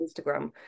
Instagram